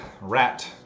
rat